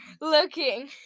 looking